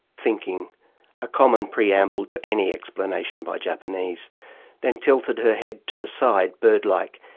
thinking a common preamble to any explanation by japanese then tilted her head to the side, bird-like,